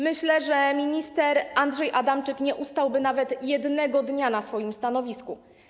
Myślę, że minister Andrzej Adamczyk nie ostałby się nawet jednego dnia na swoim stanowisku.